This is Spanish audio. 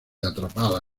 atrapada